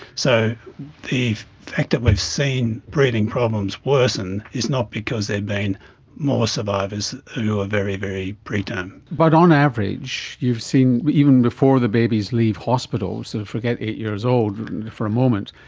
so the fact that we've seen breathing problems worsen is not because there have been more survivors who were very, very preterm. but on average you've seen, even before the babies leave hospital, so forget eight years old for a moment,